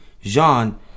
Jean